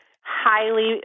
highly